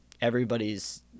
everybody's